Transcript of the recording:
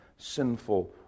sinful